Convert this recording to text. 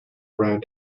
around